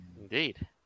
Indeed